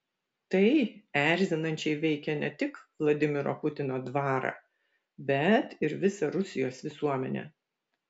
tai erzinančiai veikia ne tik vladimiro putino dvarą bet ir visą rusijos visuomenę